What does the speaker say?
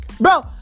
Bro